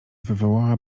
wywołała